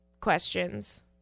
questions